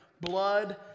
Blood